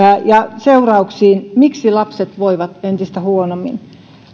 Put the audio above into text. ja seurauksiin miksi lapset voivat entistä huonommin